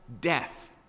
death